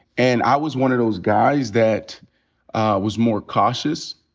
and i was one of those guys that was more cautious.